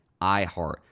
iHeart